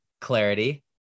clarity